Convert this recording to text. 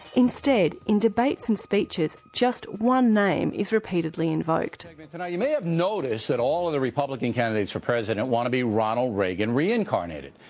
instead, in debates and speeches, just one name is repeatedly invoked man and you may have noticed that all the republican candidates for president want to be ronald reagan reagan incarnated,